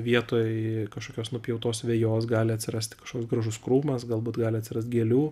vietoj kažkokios nupjautos vejos gali atsirasti kažkoks gražus krūmas galbūt gali atsirast gėlių